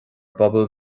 bpobal